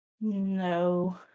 No